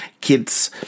Kids